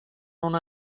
non